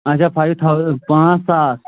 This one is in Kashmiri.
اچھا فایو تھاوزنڑ پانژھ ساس